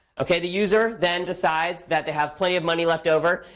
ok, the user then decides that they have plenty of money left over.